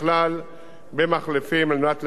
במחלפים, כדי לאפשר השתלבות,